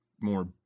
more